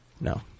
no